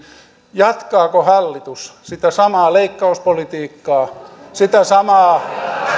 jatkaako hallitus sitä samaa leikkauspolitiikkaa sitä samaa